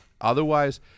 otherwise